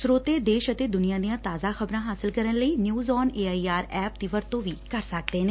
ਸਰੋਤੇ ਦੇਸ਼ ਅਤੇ ਦੁਨੀਆਂ ਦੀਆਂ ਤਾਜ਼ਾ ਖ਼ਬਰਾਂ ਹਾਲਸ ਕਰਨ ਲਈ news on A I R app ਦੀ ਵਰਤੋਂ ਕਰ ਸਕਦੇ ਨੇ